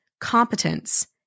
competence